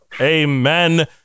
Amen